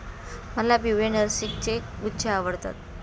मला पिवळे नर्गिसचे गुच्छे आवडतात